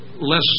less